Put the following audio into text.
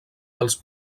dels